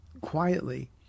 quietly